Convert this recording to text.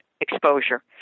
exposure